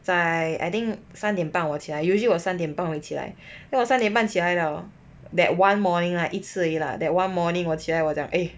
在 I think 三点半我起来 usually 我三点半晚起来 我三点半起来 liao hor that one morning right 一次而已啦 one morning 我起来我讲 eh